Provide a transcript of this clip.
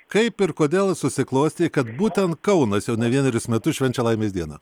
kaip ir kodėl susiklostė kad būtent kaunas jau ne vienerius metus švenčia laimės dieną